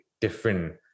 different